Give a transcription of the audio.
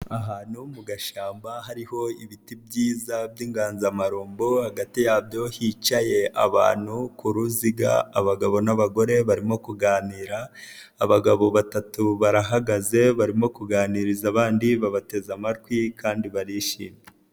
Ahantu mu gashamba hariho ibiti byiza by'inganzamarumbo, hagati yabyo hicaye abantu ku ruziga abagabo n'abagore barimo kuganira, abagabo batatu barahagaze barimo kuganiriza abandi babateze amatwi kandi barishimye.